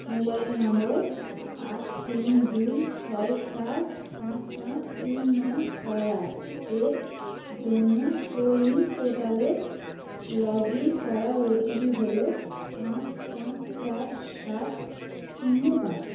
mobile number আট তিন দুই ছয় চার পাঁচ পাঁচ তিন নয় ছয় আট এর জন্য কোউইন পোর্টালের লগ ইন করার ওটিপি হলো পাঁচ পাঁচ চার সাত শূন্য পাঁচ